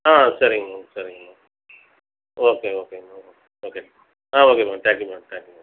ஆ சரிங்க மேம் சரிங்க ma'am okay okay ma'am okay ma'am ஆ okay ma'am thank you madam thank you madam